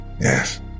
Yes